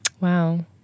Wow